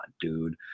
dude